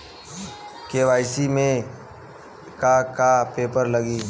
KYC में का का पेपर लगी?